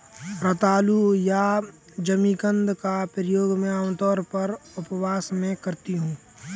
रतालू या जिमीकंद का प्रयोग मैं आमतौर पर उपवास में करती हूँ